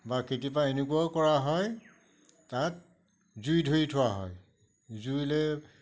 বা কেতিয়াবা এনেকুৱাও কৰা হয় তাত জুই ধৰি থোৱা হয় জুইলে